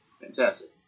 Fantastic